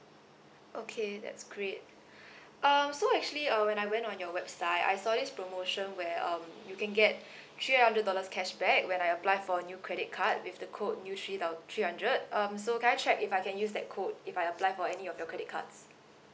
okay that's great uh so actually uh when I went on your website I saw this promotion where um you can get three hundred dollars cashback when I apply for new credit card with the code new three thou~ three hundred um so can I check if I can use that code if I apply for any of your credit cards